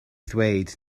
ddweud